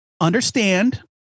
understand